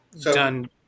done